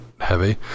heavy